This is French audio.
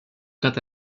quant